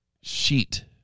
sheet